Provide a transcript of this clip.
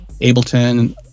Ableton